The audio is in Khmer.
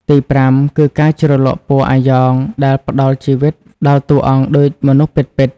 ទីប្រាំគឺ ការជ្រលក់ពណ៌អាយ៉ង ដែល ផ្តល់ជីវិតដល់តួអង្គដូចមនុស្សពិតៗ។